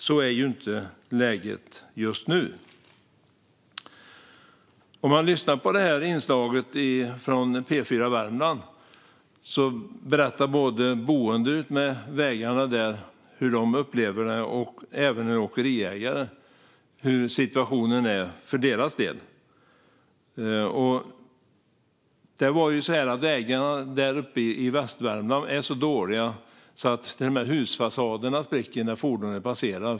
Så är läget inte just nu. I inslaget från P4 Värmland berättar boende utmed vägarna och även åkeriägare om hur de upplever att situationen är för deras del. Vägarna uppe i västra Värmland är så dåliga att husfasaderna till och med spricker när fordon passerar.